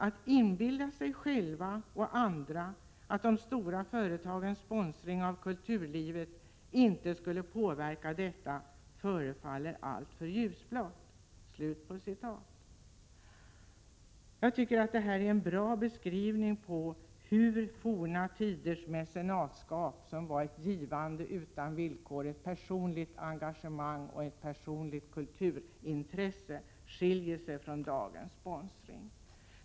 Att inbilla sig själv och andra att de stora företagens sponsring av kulturlivet inte skulle påverka detta förefaller alltför ljusblått.” Detta tycker jag är en bra beskrivning av hur forna tiders mecenatskap — som var ett givande utan villkor, med ett personligt engagemang och ett personligt kulturintresse — skiljer sig från dagens sponsring.